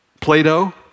Plato